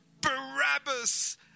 Barabbas